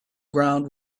ground